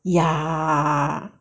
yeah